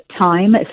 time